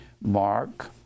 Mark